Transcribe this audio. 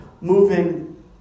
moving